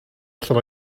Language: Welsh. allan